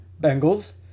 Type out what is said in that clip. Bengals